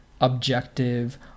objective